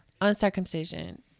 uncircumcision